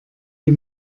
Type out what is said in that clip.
wie